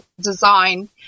design